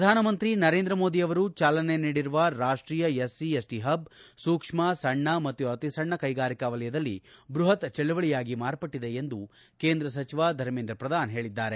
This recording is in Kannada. ಪ್ರಧಾನಮಂತ್ರಿ ನರೇಂದ್ರ ಮೋದಿಯವರು ಚಾಲನೆ ನೀಡಿರುವ ರಾಷ್ವೀಯ ಎಸ್ಸಿ ಎಸ್ಟಿ ಹಬ್ ಸೂಕ್ಷ್ಮ ಸಣ್ಣ ಮತ್ತು ಅತಿ ಸಣ್ಣ ಕೈಗಾರಿಕಾ ವಲಯದಲ್ಲಿ ಬ್ಬಹತ್ ಚಳವಳಿಯಾಗಿ ಮಾರ್ಪಟ್ಟಿದೆ ಎಂದು ಕೇಂದ್ರ ಸಚಿವ ಧರ್ಮೇಂದ್ರ ಪ್ರಧಾನ್ ಹೇಳಿದ್ದಾರೆ